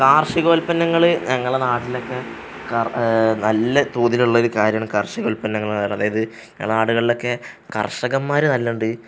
കാർഷികോൽപ്പന്നങ്ങള് ഞങ്ങളുടെ നാട്ടിലൊക്കെ നല്ല തോതിലുള്ളൊരു കാര്യമാണ് കാർഷികോൽപ്പന്നങ്ങളെന്ന് പറഞ്ഞാല് അതായത് ഞങ്ങളുടെ നാടുകളിലൊക്കെ കർഷകന്മാര് നല്ലവണ്ണമുണ്ട്